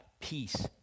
peace